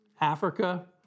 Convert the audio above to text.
Africa